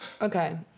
Okay